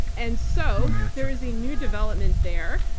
and so there is a new development there.